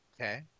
Okay